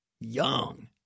young